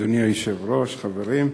אדוני היושב-ראש, חברים.